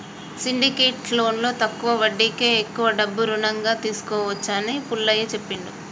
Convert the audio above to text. syndicate లోన్లో తక్కువ వడ్డీకే ఎక్కువ డబ్బు రుణంగా తీసుకోవచ్చు అని పుల్లయ్య చెప్పిండు